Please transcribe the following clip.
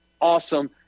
awesome